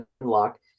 unlock